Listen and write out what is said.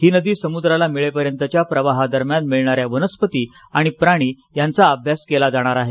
ही नदी समुद्राला मिळेपर्यंतच्या प्रवाहादरम्यान मिळणाऱ्या वनस्पती आणि प्राणी यांचा अभ्यास केला जाणार आहे